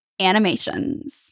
animations